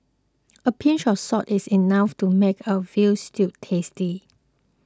a pinch of salt is enough to make a Veal Stew tasty